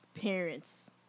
parents